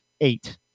Eight